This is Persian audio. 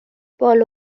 بال